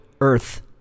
Earth